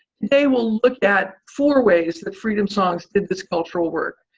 today we'll look at four ways that freedom songs did this culture work,